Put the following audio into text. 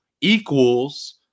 Equals